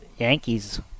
Yankees